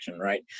right